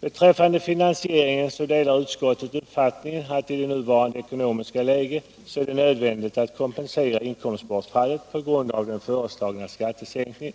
Beträffande finansieringen delar utskottet uppfattningen att det i nuvarande ekonomiska läge är nödvändigt att kompensera inkomstbortfallet på grund av den föreslagna skattesänkningen.